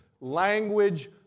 language